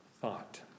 thought